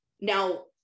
Now